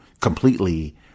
completely